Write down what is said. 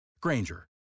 Granger